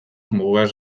mugaz